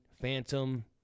Phantom